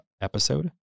episode